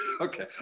okay